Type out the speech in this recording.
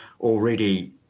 already